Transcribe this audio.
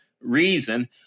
reason